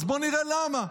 אז בואו נראה למה.